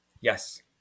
Yes